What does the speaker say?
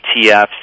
ETFs